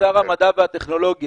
כבוד שר המדע והטכנולוגיה,